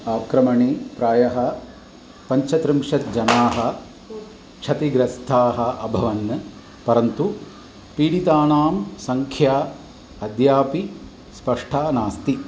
आक्रमणे प्रायः पञ्चत्रिंशत् जनाः क्षतिग्रस्थाः अभवन् परन्तु पीडितानां संख्या अद्यापि स्पष्टा नास्ति